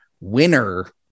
winner